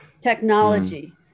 technology